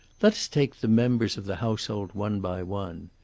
let us take the members of the household one by one.